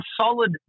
solid